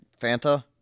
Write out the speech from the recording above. Fanta